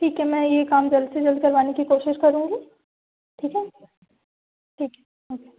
ठीक है मैं ये काम जल्द से जल्द करवाने की कोशिश करूँगी ठीक है ठीक है ओके